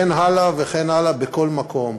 וכן הלאה וכן הלאה, בכל מקום.